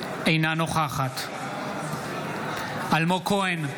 אינה נוכחת אלמוג כהן,